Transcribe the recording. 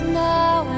now